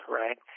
right